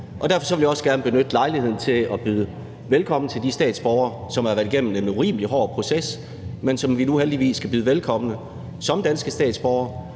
Derfor vil jeg også gerne benytte lejligheden til at byde velkommen til de statsborgere, som har været igennem en urimelig hård proces, men som vi nu heldigvis kan byde velkommen som danske statsborgere.